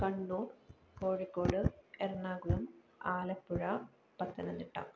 Kannur Kozhikode Ernakulam Alappuzha Pathanamthitta